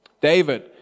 David